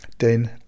den